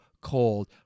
cold